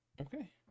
Okay